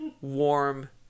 Warm